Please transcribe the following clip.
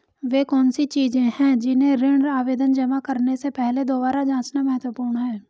वे कौन सी चीजें हैं जिन्हें ऋण आवेदन जमा करने से पहले दोबारा जांचना महत्वपूर्ण है?